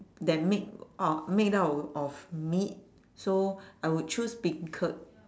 that make out made out of of meat so I would choose beancurd